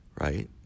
right